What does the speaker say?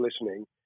listening